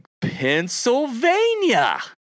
Pennsylvania